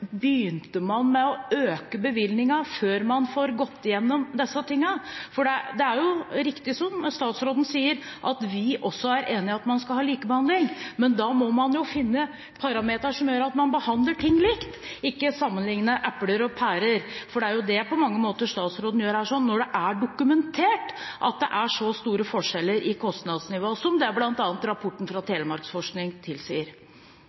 begynte man med å øke bevilgningen før man hadde fått gått igjennom disse tingene? Det er riktig som statsråden sier, at vi også er enig i at man skal ha likebehandling, men da må man jo finne parameteren som gjør at man behandler likt, ikke sammenligne epler og pærer. Det er jo det statsråden på mange måter gjør her, når det er dokumentert at det er så store forskjeller i kostnadsnivå som det bl.a. rapporten fra